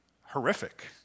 Horrific